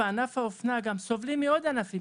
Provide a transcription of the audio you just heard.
בענף האופנה גם סובלים מעוד ענפים,